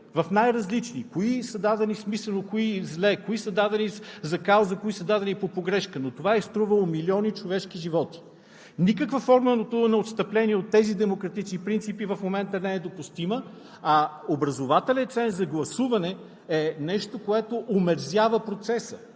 200 години. Кои са дадени смислено, кои зле, кои са дадени за кауза, кои са дадени по погрешка, но това е струвало милиони човешки животи. Никаква форма на отстъпление от тези демократични принципи в момента не е допустима, а образователен ценз за гласуване е нещо, което омерзява процеса.